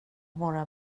våra